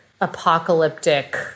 apocalyptic